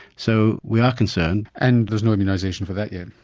so we are concerned. and there's no immunisation for that yet?